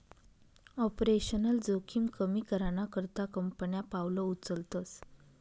operational जोखिम कमी कराना करता कंपन्या पावलं उचलतस